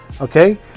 okay